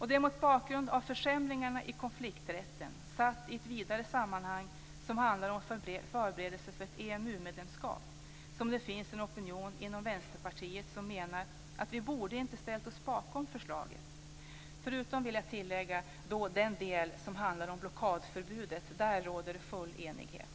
Det är mot bakgrund av försämringarna i konflikträtten och det som i ett vidare sammanhang handlar om förberedelser för ett EMU-medlemskap som det finns en opinion inom Vänsterpartiet som menar att vi inte borde ha ställt oss bakom förslagen, förutom den del som handlar om blockadförbudet. I det avseendet råder full enighet.